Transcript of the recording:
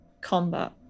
combat